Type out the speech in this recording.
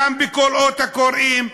גם בקולות הקוראים,